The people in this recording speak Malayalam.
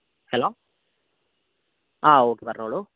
ഹലോ ആ ഓക്കേ പറഞ്ഞോളൂ